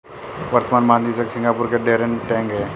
वर्तमान महानिदेशक सिंगापुर के डैरेन टैंग हैं